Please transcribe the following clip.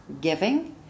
giving